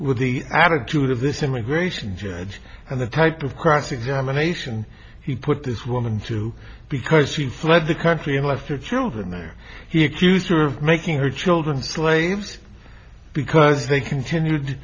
with the attitude of this immigration judge and the type of cross examination he put this woman to because she fled the country and left her children there he accused her of making her children slaves because they continued